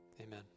amen